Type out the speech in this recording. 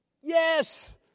Yes